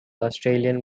australian